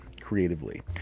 creatively